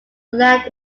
land